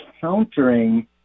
countering